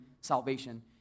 salvation